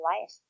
life